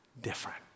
different